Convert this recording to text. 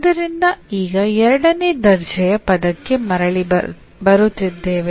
ಆದ್ದರಿಂದ ಈಗ ಎರಡನೇ ದರ್ಜೆಯ ಪದಕ್ಕೆ ಮರಳಿ ಬರುತ್ತಿದ್ದೇವೆ